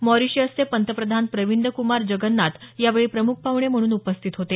मोंरिशसचे पंतप्रधान प्रविंद कुमार जगनाथ यावेळी प्रमुख पाहणे म्हणून उपस्थित होते